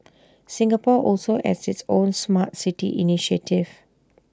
Singapore also has its own Smart City initiative